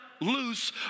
loose